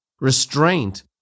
Restraint